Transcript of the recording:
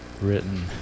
written